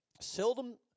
Seldom